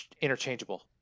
interchangeable